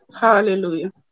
Hallelujah